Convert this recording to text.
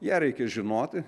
ją reikia žinoti